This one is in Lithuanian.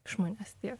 žmonės tiek